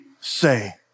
say